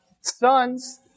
sons